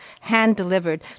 hand-delivered